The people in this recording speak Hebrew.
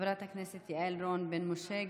חברת הכנסת יעל רון בן משה,